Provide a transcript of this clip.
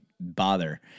bother